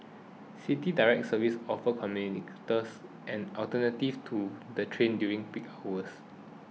City Direct services offer commuters an alternative to the train during the peak hours